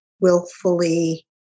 willfully